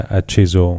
acceso